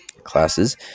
classes